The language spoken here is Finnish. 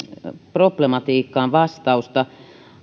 problematiikkaan vastausta